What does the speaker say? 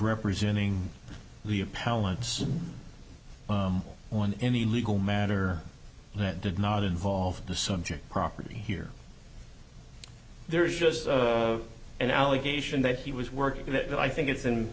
representing the appellant's on any legal matter that did not involve the subject property here there is just an allegation that he was working that i think it's in